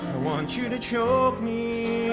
want you to choke me